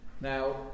Now